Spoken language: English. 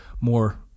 more